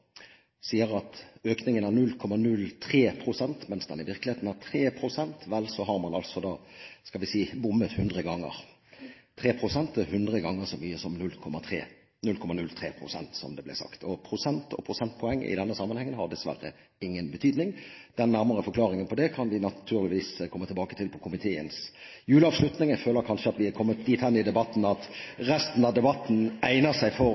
sier at økningen er 0,03 pst., mens den i virkeligheten er 3 pst., har man altså – skal vi si – bommet hundre ganger. 3 pst. er hundre ganger så mye som 0,03 pst., som det ble sagt. Prosent og prosentpoeng i denne sammenheng har dessverre ingen betydning. Den nærmere forklaring på dette kan vi naturligvis komme tilbake til på komiteens juleavslutning. Jeg føler at vi kanskje har kommet dit hen i debatten at resten av den egner seg for